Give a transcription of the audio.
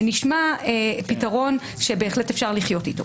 זה נשמע פתרון שבהחלט אפשר לחיות איתו.